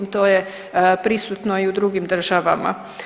To je prisutno i u drugim državama.